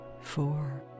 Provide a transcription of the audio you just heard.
four